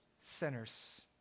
sinners